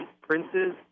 princes